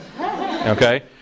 Okay